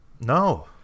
no